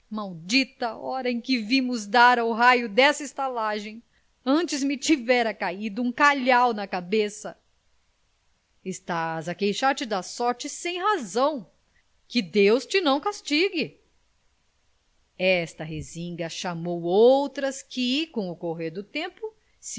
maldita hora em que viemos dar ao raio desta estalagem antes me tivera caldo um calhau na cabeça estás a queixar te da sorte sem razão que deus te não castigue esta rezinga chamou outras que com o correr do tempo